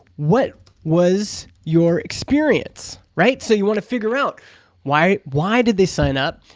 what was your experience? right? so you want to figure out why why did they sign up?